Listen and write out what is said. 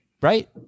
right